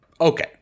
Okay